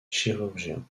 chirurgien